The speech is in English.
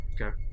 Okay